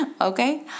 Okay